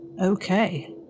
Okay